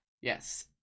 Yes